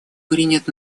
принят